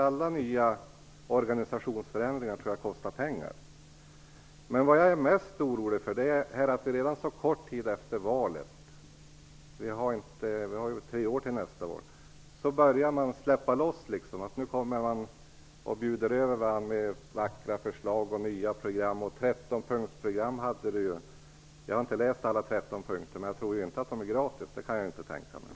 Alla organisationsförändringar tror jag kostar pengar. Men det jag är mest orolig för är att man redan, så kort tid efter valet - vi har tre år till nästa val - börjar släppa loss. Nu bjuder man över varandra med vackra förslag och nya program. Ett trettonpunktsprogram hade Kerstin Heinemann. Jag har inte läst alla 13 punkterna, men jag tror inte att de är gratis. Det kan jag inte tänka mig.